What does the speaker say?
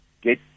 get